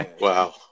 Wow